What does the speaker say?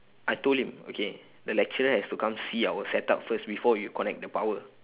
I told him okay the lecturer has to come see our setup first before we connect the power